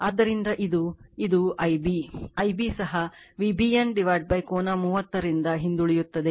ಆದ್ದರಿಂದ ಇದು ಇದು Ib Ib ಸಹ VBN ಕೋನ 30oನಿಂದ ಹಿಂದುಳಿಯುತ್ತದೆ